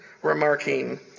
remarking